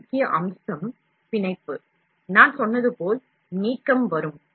அடுத்த முக்கிய அம்சம் பிணைப்பு நான் சொன்னது போல் நீக்கம் வரும்